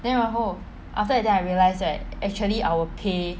then 然后 after that then I realise that actually our pay